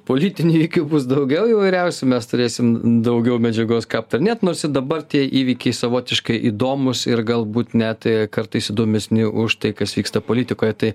politinių įvykių bus daugiau įvairiausių mes turėsim daugiau medžiagos ką aptarinėt nors ir dabar tie įvykiai savotiškai įdomūs ir galbūt net kartais įdomesni už tai kas vyksta politikoje tai